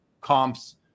comps